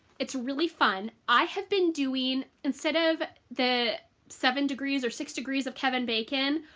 it's really fun i have been doing instead of the seven degrees or six degrees of kevin bacon,